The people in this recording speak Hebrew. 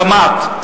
תמ"ת,